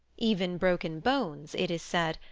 even broken bones, it is said,